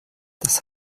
das